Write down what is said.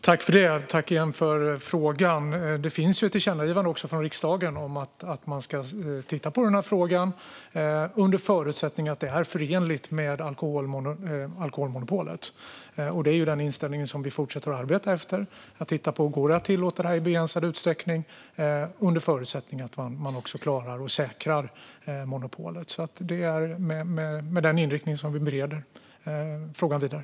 Herr talman! Tack återigen för frågan! Det finns även ett tillkännagivande från riksdagen om att man, under förutsättning att det är förenligt med alkoholmonopolet, ska titta på den här frågan. Det är den inställning som vi fortsätter att arbeta efter: Går det att tillåta det här i begränsad utsträckning under förutsättning att man också klarar och säkrar monopolet? Det är med den inriktningen som vi bereder frågan vidare.